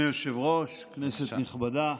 אדוני היושב-ראש, כנסת נכבדה,